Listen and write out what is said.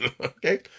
okay